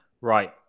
Right